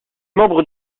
membres